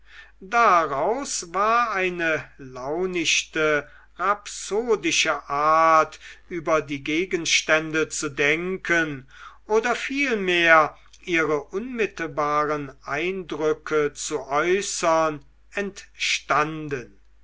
daraus war eine launichte rhapsodische art über die gegenstände zu denken oder vielmehr ihre unmittelbaren eindrücke zu äußern entstanden